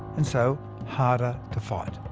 and so harder to fight.